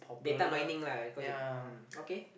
data mining lah I call it mm okay